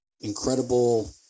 incredible